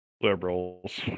liberals